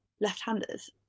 left-handers